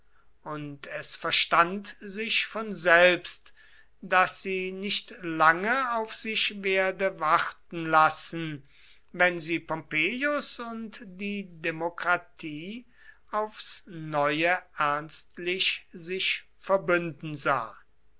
und es verstand sich von selbst daß sie nicht lange auf sich werde warten lassen wenn sie pompeius und die demokratie aufs neue ernstlich sich verbünden sah